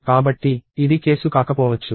కాబట్టి ఇది కేసు కాకపోవచ్చు